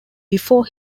before